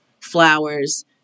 flowers